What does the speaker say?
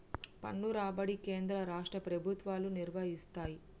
పన్ను రాబడి కేంద్ర రాష్ట్ర ప్రభుత్వాలు నిర్వయిస్తయ్